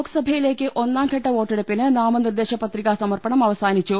ലോക്സഭയിലേക്ക് ഒന്നാംഘട്ട വോട്ടെടുപ്പിന് നാമനിർദേശ പത്രികാ സമർപ്പണം അവസാനിച്ചു